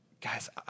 Guys